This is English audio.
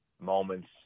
moments